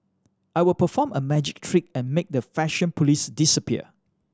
I will perform a magic trick and make the fashion police disappear